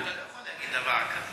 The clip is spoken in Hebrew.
אתה לא יכול להגיד דבר כזה,